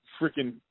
freaking